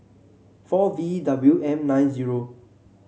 four V W M nine zero